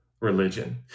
religion